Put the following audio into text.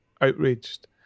outraged